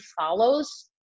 follows